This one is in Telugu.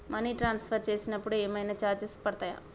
మనీ ట్రాన్స్ఫర్ చేసినప్పుడు ఏమైనా చార్జెస్ పడతయా?